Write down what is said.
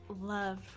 love